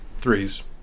threes